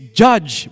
judge